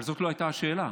אבל זאת לא הייתה השאלה.